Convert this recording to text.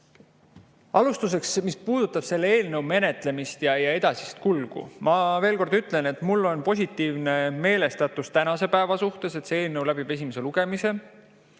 Alustuseks, mis puudutab selle eelnõu menetlemist ja edasist kulgu, ma veel kord ütlen, et mul on positiivne meelestatus tänase päeva suhtes, et see eelnõu läbib esimese lugemise.